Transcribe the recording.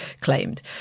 claimed